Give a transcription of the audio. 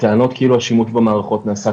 הטענות כאילו השימוש במערכות נעשה